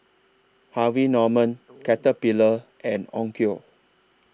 Harvey Norman Caterpillar and Onkyo